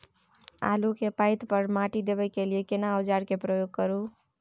आलू के पाँति पर माटी देबै के लिए केना औजार के प्रयोग करू?